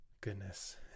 Goodness